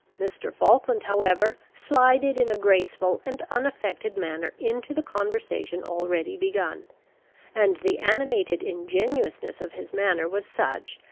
mr. falkland, however, slided in a graceful and unaffected manner into the conversation already begun and the animated ingenuousness of his manner was such,